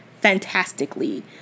fantastically